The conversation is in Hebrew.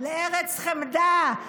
לארץ חמדה,